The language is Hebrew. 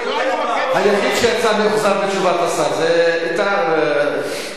היחיד שיצא מאוכזב מתשובת השר זה איתן כבל.